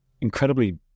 incredibly